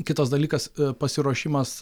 kitas dalykas pasiruošimas